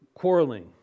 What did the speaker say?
quarreling